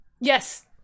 Yes